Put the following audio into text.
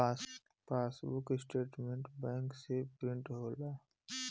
passbook statement bank से print होला